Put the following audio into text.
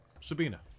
sabina